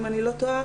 אם אני לא טועה,